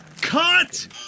Cut